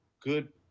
good